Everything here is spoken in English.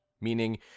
meaning